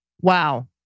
Wow